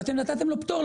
ואתם נתתם לו פטור,